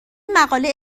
مقاله